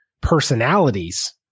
personalities